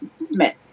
Smith